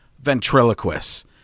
ventriloquists